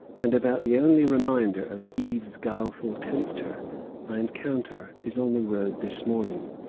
and about the only reminder of eve's guileful tempter i encounter is on the road this morning.